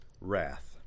wrath